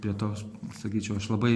prie tos sakyčiau aš labai